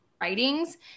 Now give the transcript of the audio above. writings